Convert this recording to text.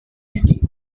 beauty